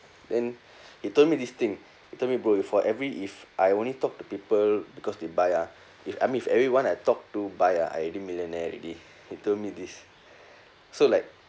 then he told me this thing he told me bro for every if I only talk to people because they buy ah if I mean if everyone I talk to buy ah I already millionaire already he told me this so like